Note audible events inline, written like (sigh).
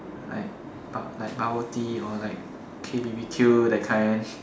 like bub~ like bubble tea or like K B_B_Q that kind (noise)